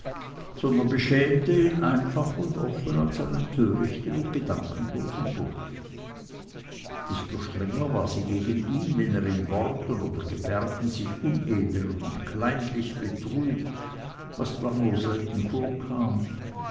sondern beschämte ihn einfach und offen als einen törichten und gedankenlosen burschen desto strenger war sie gegen ihn wenn er in worten oder gebärden sich unedel und kleinlich betrug was zwar nur selten vorkam